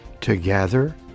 together